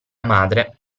madre